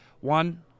one